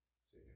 See